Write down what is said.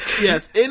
Yes